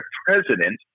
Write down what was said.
president